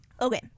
okay